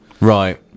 Right